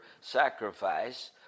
sacrifice